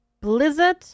Blizzard